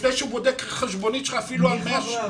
לפני שהוא בודק חשבוניות, אפילו על מאה שקלים.